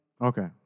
Okay